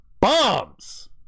bombs